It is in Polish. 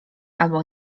albo